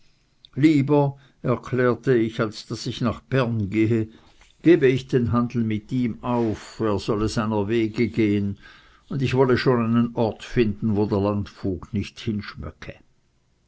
lieber erklärte ich als daß ich nach bern gehe gebe ich den handel mit ihm auf er solle seiner wege gehen und ich wolle schon einen ort finden wo der landvogt nicht hin schmöcke